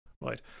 right